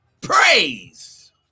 praise